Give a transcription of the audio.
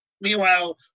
meanwhile